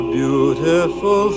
beautiful